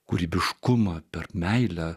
kūrybiškumą per meilę